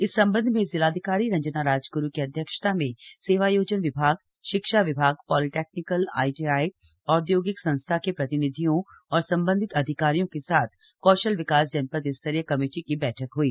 इस संबंध में जिलाधिकारी रंजना राजग्रू की अध्यक्षता में सेवायोजन विभाग शिक्षा विभाग पॉलिटेक्नीकल आईटीआई औद्योगिक संस्था के प्रतिनिधियों और सम्बन्धित अधिकारियों के साथ कौशल विकास जनपद स्तरीय कमेटी की बैठक हुई